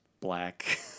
black